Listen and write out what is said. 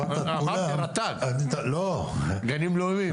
אמרתי רט"ג, גנים לאומיים.